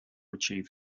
achieve